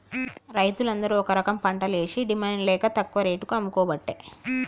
రైతులు అందరు ఒక రకంపంటలేషి డిమాండ్ లేక తక్కువ రేటుకు అమ్ముకోబట్టే